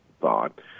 thought